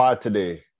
today